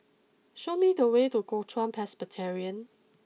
show me the way to Kuo Chuan Presbyterian